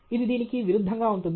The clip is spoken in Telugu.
ఇది దీనికి విరుద్ధంగా ఉంటుంది